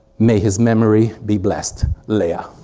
may his memory be blessed. lea. ah